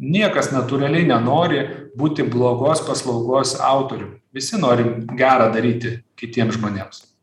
niekas natūraliai nenori būti blogos paslaugos autoriu visi nori gera daryti kitiems žmonėms